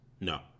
No